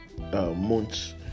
months